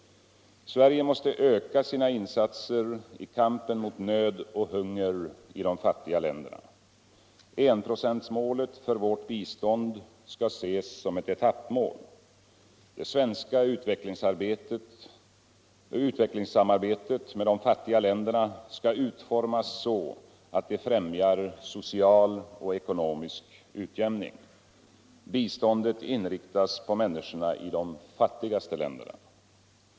Sverige måste öka sina insatser i kampen mot nöd och hunger i de fattiga länderna. Enprocentsmålet för vårt bistånd skall ses som eu etappmål. Det svenska utvecklingssamarbetet med de fattiga länderna skall utformas så, att det främjar soc:izll och ekonomisk utjämning. Biståndet inriktas på människorna i de fattigaste länderna.